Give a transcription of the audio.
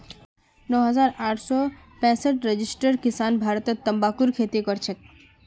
नौ हजार आठ सौ पैंसठ रजिस्टर्ड किसान भारतत तंबाकूर खेती करछेक